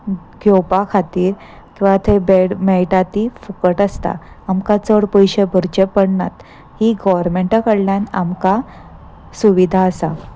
घेवपा खातीर किंवा थंय बेड मेळटा ती फुकट आसता आमकां चड पयशे भरचे पडनात ही गोरमेंटा कडल्यान आमकां सुविधा आसा